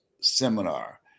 seminar